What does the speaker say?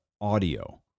audio